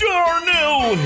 Darnell